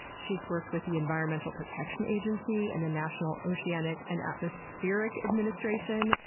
she's worked with the environmental protection agency and the national oceanic and atmospheric administration.